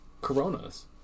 Coronas